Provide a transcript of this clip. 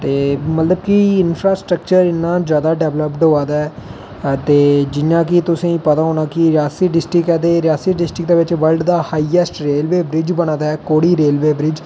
मतलब कि इंफ्रास्ट्रक्चर इन्ना ज्यादा डिवैल्प्ड होआ दा दे जि'यां कि तुसें गी पता होना कि रियासी डिस्ट्रिक्ट ऐ ते रियासी डिस्टिक्ट दे बिच वर्ल्ड दा हाईऐस्ट रेलवे ब्रिज बना दा ऐ कोरी रेलवे ब्रिज